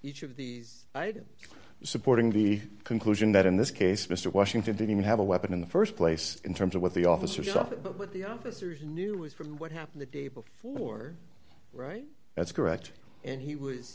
each of these items supporting the conclusion that in this case mr washington didn't even have a weapon in the st place in terms of what the officers up above with the officers knew was from what happened the day before right that's correct and he was